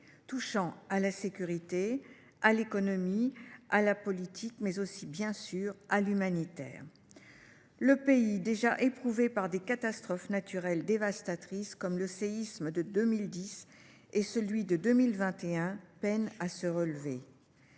touchant à la sécurité, à l’économie, à la politique, mais aussi, bien sûr, à l’humanitaire. Le pays, déjà éprouvé par des catastrophes naturelles dévastatrices telles que les séismes de 2010 et de 2021, peine à se relever.